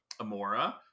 Amora